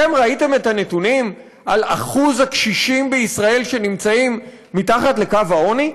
אתם ראיתם את הנתונים על אחוז הקשישים בישראל שנמצאים מתחת לקו העוני?